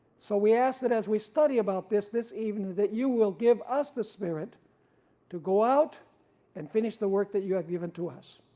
so we ask that as we study about this this that you will give us the spirit to go out and finish the work that you have given to us.